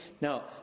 Now